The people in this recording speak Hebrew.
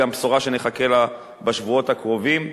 בשורה שנחכה לה בשבועות הקרובים,